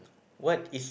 what is